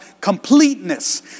completeness